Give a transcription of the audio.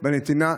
נתינה,